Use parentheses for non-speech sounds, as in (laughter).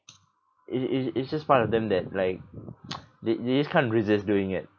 it it it's just part of them that like (noise) they they can't resist doing it